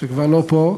שכבר איננו פה,